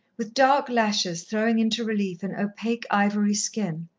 with dark lashes throwing into relief an opaque ivory skin,